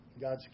God's